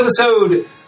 episode